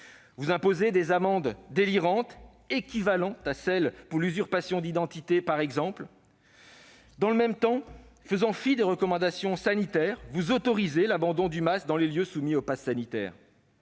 Vous imposez des amendes délirantes, équivalentes à celles qui sont applicables en cas d'usurpation d'identité, par exemple. Dans le même temps, faisant fi des recommandations sanitaires, vous autorisez l'abandon du masque dans les lieux soumis au passe sanitaire.